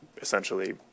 essentially